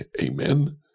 Amen